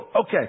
Okay